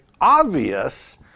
obvious